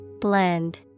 blend